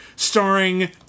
Starring